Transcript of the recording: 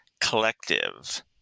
Collective